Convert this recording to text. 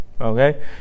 Okay